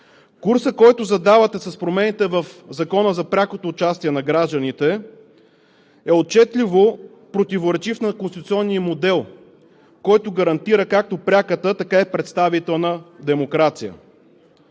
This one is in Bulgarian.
Курсът, който задавате с промените в Закона за прякото участие на гражданите, е отчетливо противоречив на конституционния модел, който гарантира както пряката, така и представителната демокрация.